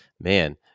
man